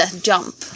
jump